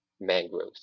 mangroves